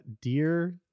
Dear